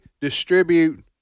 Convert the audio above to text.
distribute